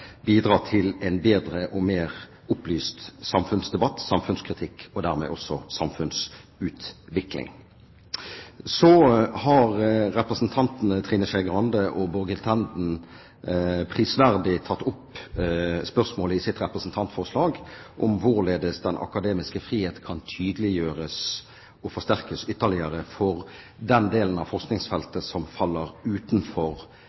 bidrar til en bedre og mer opplyst samfunnsdebatt og samfunnskritikk, og dermed også samfunnsutvikling. Representantene Trine Skei Grande og Borghild Tenden har i sitt representantforlag prisverdig tatt opp spørsmålet om hvorledes den akademiske friheten kan tydeliggjøres og forsterkes ytterligere for den delen av forskningsfeltet som faller utenfor